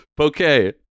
Okay